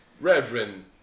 Reverend